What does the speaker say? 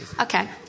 Okay